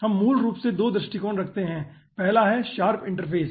हम मूल रूप से 2 दृष्टिकोण रखते हैं पहला है शार्प इंटरफ़ेस